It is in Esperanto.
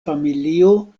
familio